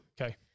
Okay